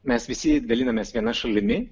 mes visi dalinamės viena šalimi